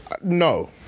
no